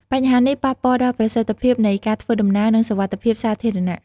បញ្ហានេះប៉ះពាល់ដល់ប្រសិទ្ធភាពនៃការធ្វើដំណើរ និងសុវត្ថិភាពសាធារណៈ។